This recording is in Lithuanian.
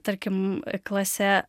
tarkim klase